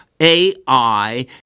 AI